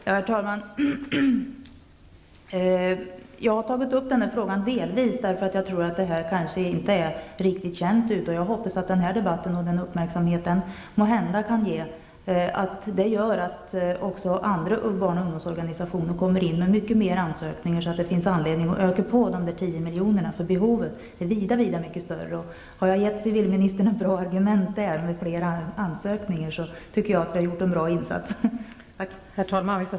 Herr talman! Jag tog upp denna fråga delvis därför att det här kanske inte är riktigt känt ute. Jag hoppas att den här debatten och uppmärksamheten måhända kan göra att också andra barn och ungdomsorganisationer kommer in med ansökningar så att det kommer att finnas anledning att öka på dessa tio miljoner, för behoven är vida mycket större. Har jag gett civilministern ett bra argument där tycker jag att jag har gjort en bra insats. Tack.